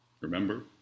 Remember